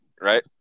Right